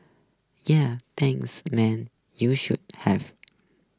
ya pains man you should have